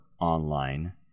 online